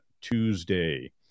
Tuesday